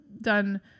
done